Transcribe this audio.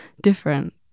different